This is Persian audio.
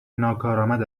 ناکارآمد